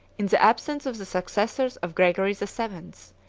in the absence of the successors of gregory the seventh,